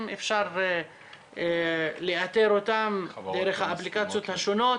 אפשר לאתר אותם דרך האפליקציות השונות,